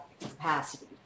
capacity